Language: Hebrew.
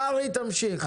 קרעי, תמשיך.